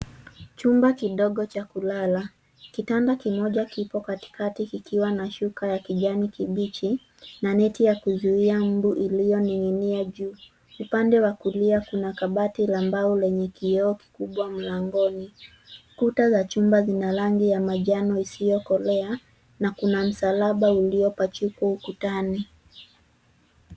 Chumba kidogo cha kulala kitanda kimoja kipo katikati kikwa na shuka ya kijani kibichi na neti ya kuzuia mbu iliyoning'inia juu. Upande wa kulia kuna kabati la mbao lenye kioo kikubwa mlangoni. Kuta za chumba zina rangi ya manjano isiyokolea. Na kuna msalaba uliopachikwa ukutani.